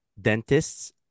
dentist's